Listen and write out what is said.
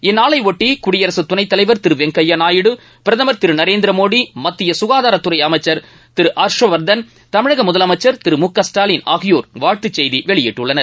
இந்நாளைபொட்டி குடியரகத்துணைத்தலைவர் திரு வெங்கப்யா நாயுடு பிரதமர் திரு நரேந்திரமோடி மத்திய ககாதாரத்துறை அமைச்சர் திரு ஹர்ஷ்வர்தன் தமிழக முதலமைச்சர் திரு மு க ஸ்டாலின் ஆகியோர் வாழ்த்து செய்தி வெளியிட்டுள்ளனர்